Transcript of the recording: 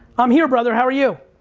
i'm here, brother, how are you?